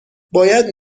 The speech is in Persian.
باید